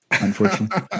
unfortunately